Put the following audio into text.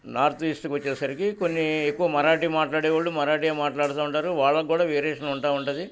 north ఈస్ట్కి వచ్చేసరికి కొన్ని ఎక్కువ మరాఠీ మాట్లాడేవాళ్ళు మరాఠే మాట్లాడుతూ ఉంటారు వాళ్ళూ కూడా వేరియేషన్ ఉంటూ ఉంటుంది